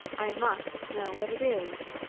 i must know what it is.